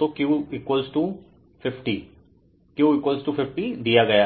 तो Q50 Q50 दिया गया हैं